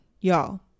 Y'all